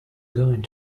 going